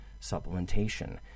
supplementation